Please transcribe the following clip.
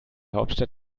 hauptstadt